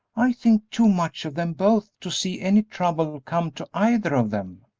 i think too much of them both to see any trouble come to either of them.